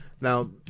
Now